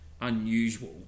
unusual